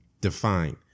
Define